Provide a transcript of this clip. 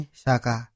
saka